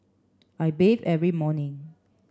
I bathe every morning